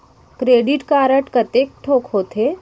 Credit card कतेक ठोक होथे?